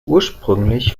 ursprünglich